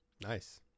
Nice